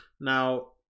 Now